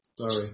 Sorry